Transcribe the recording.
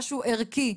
משהו ערכי,